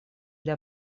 для